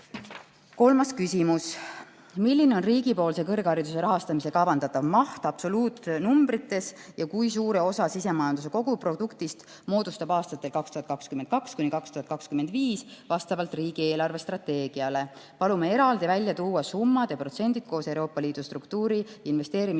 Kolmas küsimus: "Milline on riigipoolse kõrghariduse rahastamise kavandatav maht absoluutnumbrites ja kui suure osa sisemajanduse koguproduktist moodustab aastatel 2022–2025 vastavalt riigi eelarvestrateegiale? Palume eraldi välja tuua summad ja protsendid koos Euroopa Liidu struktuuri- ja investeerimisfondide